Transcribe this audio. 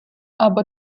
або